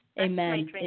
Amen